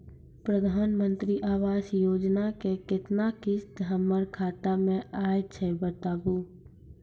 प्रधानमंत्री मंत्री आवास योजना के केतना किस्त हमर खाता मे आयल छै बताबू?